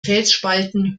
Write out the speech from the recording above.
felsspalten